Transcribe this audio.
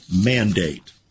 mandate